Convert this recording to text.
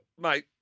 mate